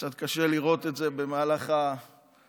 קצת קשה לראות את זה במהלך היום,